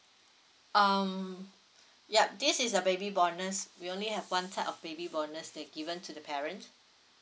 um yup this is a baby bonus we only have one type of baby bonus that given to the parent